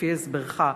לפי הסברך,